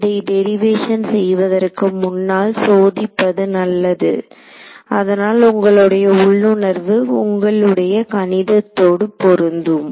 இதை டெரிவேஷன் செய்வதற்கு முன்னால் சோதிப்பது நல்லது அதனால் உங்களுடைய உள்ளுணர்வு உங்களுடைய கணித்ததோடு பொருந்தும்